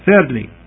thirdly